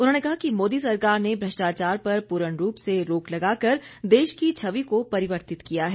उन्होंने कहा कि मोदी सरकार ने भ्रष्टाचार पर पूर्ण रूप से रोक लगाकर देश की छवि को परिवर्तित किया है